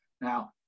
now